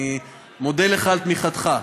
אני מודה לך על תמיכתך,